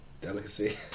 delicacy